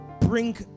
bring